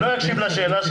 אחר כך נשאל.